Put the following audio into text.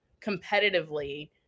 competitively